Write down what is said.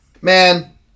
Man